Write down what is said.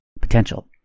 potential